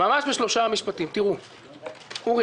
אורי,